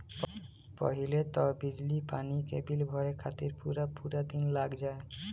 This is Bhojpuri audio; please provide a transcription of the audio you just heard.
पहिले तअ बिजली पानी के बिल भरे खातिर पूरा पूरा दिन लाग जाए